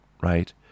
right